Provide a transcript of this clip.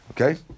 Okay